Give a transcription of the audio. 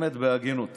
באמת בהגינות.